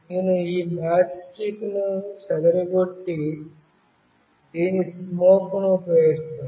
నేను ఈ మ్యాచ్స్టిక్ ను చెదరగొట్టి దీని స్మోక్ ఉపయోగిస్తాను